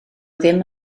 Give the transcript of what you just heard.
ddim